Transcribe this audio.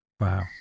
Wow